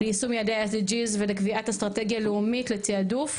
ליישום יעדי ה-SDG ולקביעת אסטרטגיה לאומית לתעדוף.